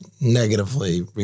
negatively